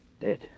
Dead